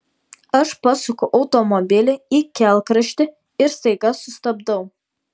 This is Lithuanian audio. aš pasuku automobilį į kelkraštį ir staiga sustabdau